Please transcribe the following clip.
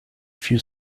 few